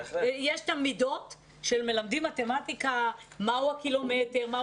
מלמדים מתמטיקה, מהו הקילומטר.